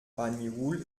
banjul